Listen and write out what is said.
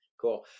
Cool